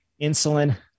insulin